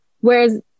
whereas